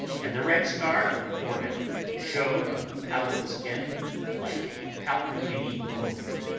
and the red scar on the forehead showed on the pallid skin like a palpitating wound.